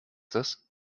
das